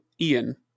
Ian